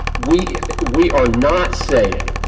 we we are not saying